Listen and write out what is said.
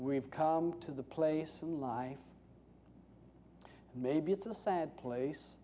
we've come to the place in life maybe it's a sad place